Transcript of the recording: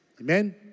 Amen